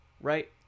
right